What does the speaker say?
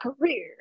career